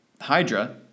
hydra